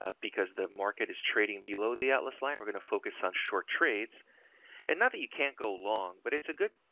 ah because the market is trading below the atlas line. we're going to focus on short trades and not that you can't go long, but it's a good,